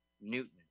Newton